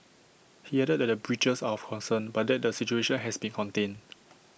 he added that the breaches are of concern but that the situation has been contained